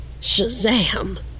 Shazam